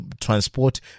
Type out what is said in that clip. transport